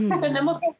tenemos